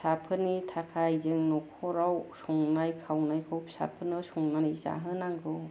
फिसाफोरनि थाखाय जों न'खराव संनाय खाउनायखौ फिसाफोरनो संनानै जाहोनांगौ